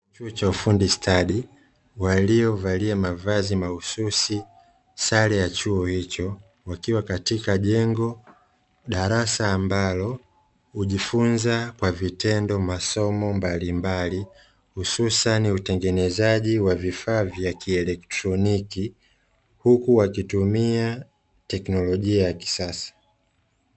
Chuo cha ufundi stadi, waliovalia mavazi mahususi sare ya chuo hicho, wakiwa katika jengo darasa ambalo, hujifunza kwa vitendo masomo mbalimbali, hususani utengenezaji wa vifaa vya kielektoniki, huku wakitumia teknolojia ya kisasa.